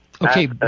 Okay